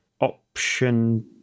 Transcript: option